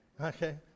Okay